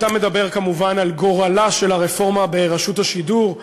אתה מדבר כמובן על גורלה של הרפורמה ברשות השידור,